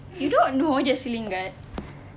you don't know jesse lingard